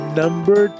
number